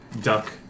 duck